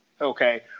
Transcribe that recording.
Okay